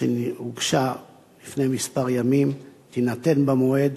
שהוגשה לפני כמה ימים תינתן במועד,